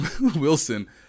Wilson